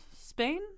Spain